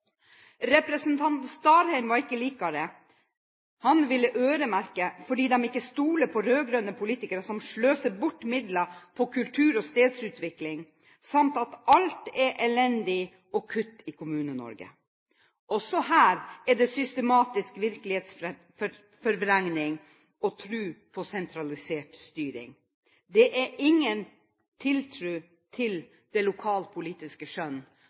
Representanten Starheim var ikke likere. Han ville øremerke fordi de ikke stoler på rød-grønne politikere som sløser bort midler på kultur- og stedsutvikling, samt at alt er elendig og kutt i Kommune-Norge. Også her er det systematisk virkelighetsforvrengning og tro på sentralisert styring. Det er ingen tiltro til det lokalpolitiske skjønn.